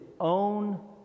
own